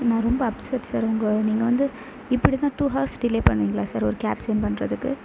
நான் ரொம்ப upset sir உங்க நீங்கள் வந்து இப்படிதான் டூ ஹார்ஸ் டிலே பண்ணுவீங்களா சார் ஒரு கேப் செண்ட் பண்ணுறதுக்கு